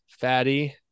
fatty